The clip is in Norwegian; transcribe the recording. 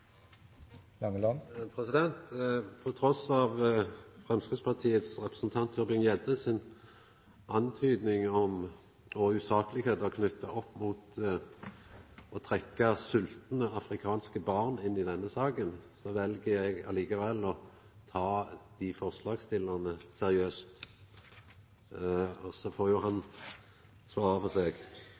Framstegspartiets representant Tybring-Gjeddes hint om, og usaklegheiter knytte opp mot, å trekkja sveltande afrikanske barn inn i denne saka, vel eg likevel å ta forslagsstillarane seriøst. Så får han svara for seg.